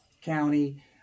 County